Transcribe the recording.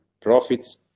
Profits